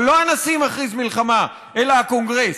אבל לא הנשיא מכריז מלחמה אלא הקונגרס.